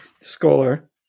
scholar